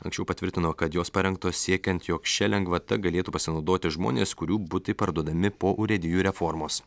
anksčiau patvirtino kad jos parengtos siekiant jog šia lengvata galėtų pasinaudoti žmonės kurių butai parduodami po urėdijų reformos